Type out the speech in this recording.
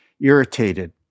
irritated